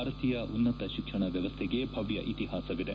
ಭಾರತೀಯ ಉನ್ನತ ಶಿಕ್ಷಣ ವ್ಯವಸ್ಥೆಗೆ ಭವ್ಯ ಇತಿಹಾಸವಿದೆ